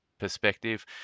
Perspective